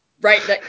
right